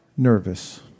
Nervous